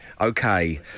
Okay